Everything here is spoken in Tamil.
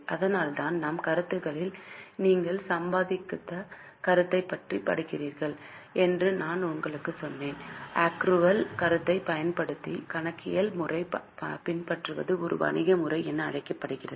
அதனால்தான் நம் கருத்துக்களில் நீங்கள் சம்பாதித்த கருத்தைப் பற்றி படித்திருக்கிறீர்கள் என்று நான் உங்களுக்குச் சொன்னேன் அக்ரூவல் கருத்தைப் பயன்படுத்தி கணக்கியல் முறை பின்பற்றப்படுவது ஒரு வணிக முறை என அழைக்கப்படுகிறது